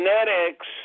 genetics